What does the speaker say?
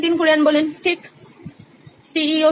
Nitin Kurian C O O নইন electronics ঠিক